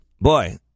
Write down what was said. Boy